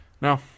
Now